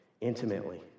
intimately